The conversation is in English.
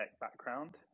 background